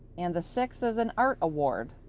and the sixth is an art award.